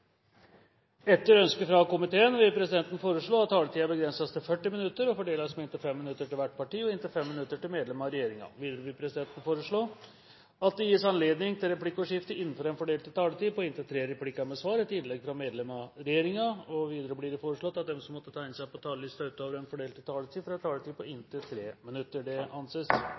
Etter ønske fra justiskomiteen vil presidenten foreslå at taletiden begrenses til 40 minutter og fordeles med inntil 5 minutter til hvert parti og inntil 5 minutter til medlem av regjeringen. Videre vil presidenten foreslå at det gis anledning til replikkordskifte på inntil tre replikker med svar etter innlegg fra medlem av regjeringen innenfor den fordelte taletid. Videre blir det foreslått at de som måtte tegne seg på talerlisten utover den fordelte taletid, får en taletid på inntil 3 minutter. – Det anses